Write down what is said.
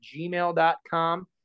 gmail.com